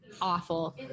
awful